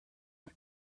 auf